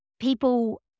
people